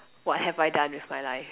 what have I done with my life